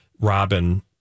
Robin